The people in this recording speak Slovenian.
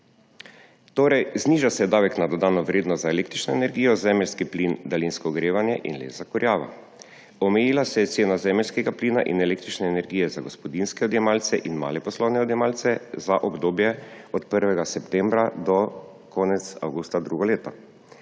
Torej, zniža se davek na dodano vrednost za električno energijo, zemeljski plin, daljinsko ogrevanje in les za kurjavo. Omejila se je cena zemeljskega plina in električne energije za gospodinjske odjemalce in male poslovne odjemalce za obdobje od 1. septembra do konca avgusta drugo leto.